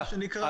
תודה.